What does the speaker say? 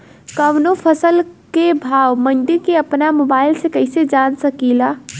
कवनो फसल के भाव मंडी के अपना मोबाइल से कइसे जान सकीला?